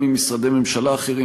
גם עם משרדי ממשלה אחרים,